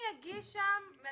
נוריד